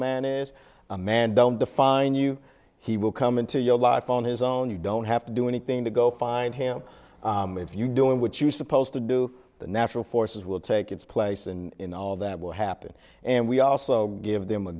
man is a man don't define you he will come into your life on his own you don't have to do anything to go find him if you doing what you supposed to do the natural forces will take its place in all that will happen and we also give them a